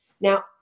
Now